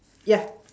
ya